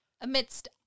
Amidst